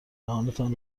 دهانتان